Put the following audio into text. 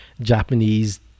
japanese